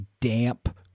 damp